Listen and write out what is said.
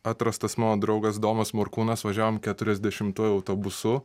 atrastas mano draugas domas morkūnas važiavom keturiasdešimtuoju autobusu